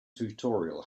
tutorial